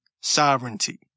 sovereignty